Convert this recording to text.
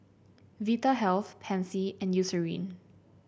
Vitahealth Pansy and Eucerin